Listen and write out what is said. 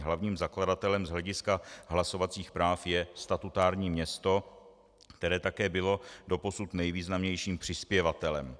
Hlavním zakladatelem z hlediska hlasovacích práv je statutární město, které také bylo doposud nejvýznamnějším přispěvatelem.